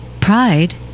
pride